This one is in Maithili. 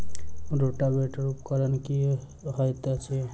रोटावेटर उपकरण की हएत अछि?